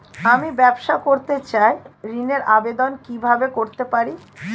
আমি ব্যবসা করতে চাই ঋণের আবেদন কিভাবে করতে পারি?